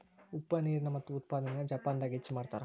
ಉಪ್ಪ ನೇರಿನ ಮುತ್ತು ಉತ್ಪಾದನೆನ ಜಪಾನದಾಗ ಹೆಚ್ಚ ಮಾಡತಾರ